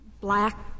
black